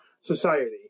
society